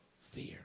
fear